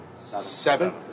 Seven